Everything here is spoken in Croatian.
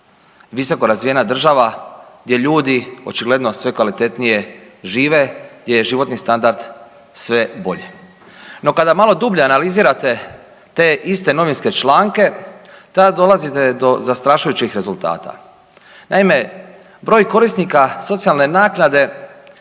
visoko razvijena država gdje ljudi očigledno sve kvalitetnije žive, gdje je životni standard sve bolji. No, kada malo dublje analizirate te iste novinske članke tada dolazite do zastrašujućih rezultata. Naime, broj korisnika socijalne naknade